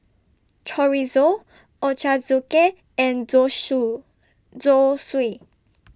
Chorizo Ochazuke and Zosui